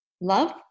love